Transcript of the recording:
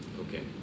Okay